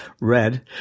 red